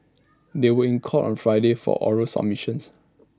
they were in court on Friday for oral submissions